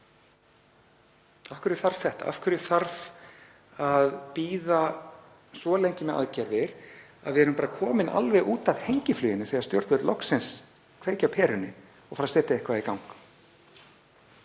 Af hverju þarf þetta? Af hverju þarf að bíða svo lengi með aðgerðir að við erum komin alveg út af hengifluginu þegar stjórnvöld loksins kveikja á perunni og fara að setja eitthvað í gang?